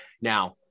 Now